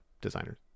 designers